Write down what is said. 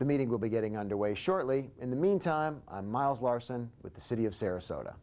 the meeting will be getting underway shortly in the meantime miles larson with the city of sarasota